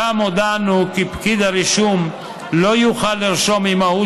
שם הודענו כי פקיד הרישום לא יוכל לרשום אימהות